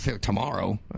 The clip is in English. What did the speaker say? Tomorrow